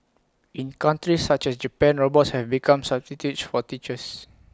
in countries such as Japan robots have become substitutes for teachers